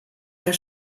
der